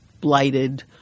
blighted